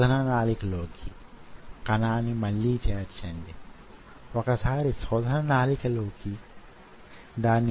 శక్తిని కొలవడానికి కూడా సాధనం కావాలి కదా